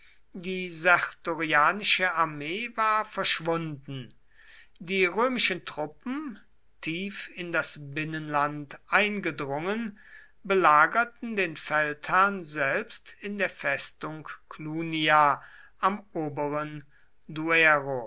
die sertorianische armee war verschwunden die römischen truppen tief in das binnenland eingedrungen belagerten den feldherrn selbst in der festung clunia am oberen